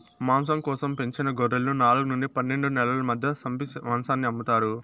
మాంసం కోసం పెంచిన గొర్రెలను నాలుగు నుండి పన్నెండు నెలల మధ్య సంపి మాంసాన్ని అమ్ముతారు